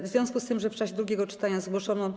W związku z tym, że w czasie drugiego czytania zgłoszono.